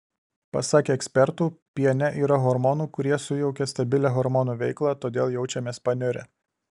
pasak ekspertų piene yra hormonų kurie sujaukia stabilią hormonų veiklą todėl jaučiamės paniurę